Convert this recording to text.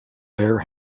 bear